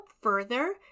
further